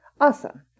Awesome